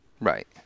right